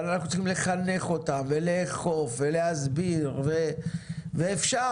אבל אנחנו צריכים לחנך אותם ולאכוף ולהסביר, ואפשר